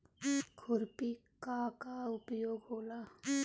खुरपी का का उपयोग होला?